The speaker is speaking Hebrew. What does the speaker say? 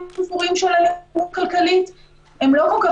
שהיא פוגעת אנושות בכל הישגי הפמיניזם שהיו עד כה,